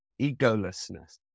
egolessness